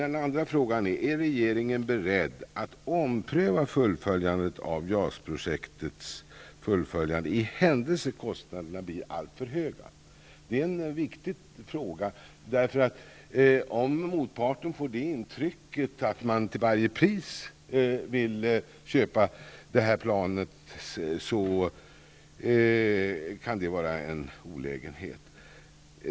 Den andra frågan är: Är regeringen beredd att ompröva fullföljandet av JAS-projektet i händelse kostnaderna blir alltför höga? Det är en viktig fråga. Om motparten får det intrycket att man till varje pris vill köpa planet kan det vara en olägenhet.